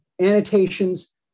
annotations